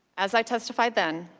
as i testified then,